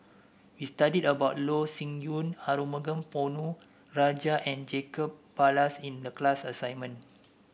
we studied about Loh Sin Yun Arumugam Ponnu Rajah and Jacob Ballas in the class assignment